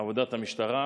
עבודת המשטרה,